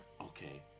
Okay